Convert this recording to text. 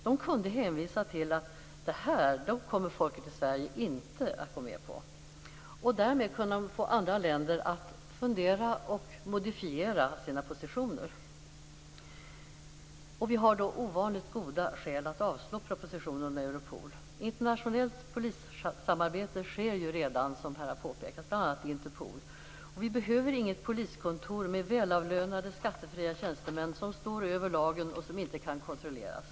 De kunde hänvisa till att detta kommer folket i Sverige inte att gå med på och därmed kunna få andra länder att fundera på och modifiera sina positioner. Vi har ovanligt goda skäl att avslå propositionen om Europol. Internationellt polissamarbete sker redan, som har påpekats här, bl.a. i Interpol. Vi behöver inget poliskontor med välavlönade, skattefria tjänstemän som står över lagen och som inte kan kontrolleras.